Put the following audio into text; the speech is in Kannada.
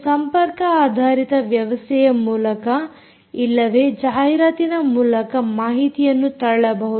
ನೀವು ಸಂಪರ್ಕ ಆಧಾರಿತ ವ್ಯವಸ್ಥೆಯ ಮೂಲಕ ಇಲ್ಲವೇ ಜಾಹಿರಾತಿನ ಮೂಲಕ ಮಾಹಿತಿಯನ್ನು ತಳ್ಳಬಹುದು